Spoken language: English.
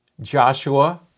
Joshua